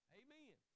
amen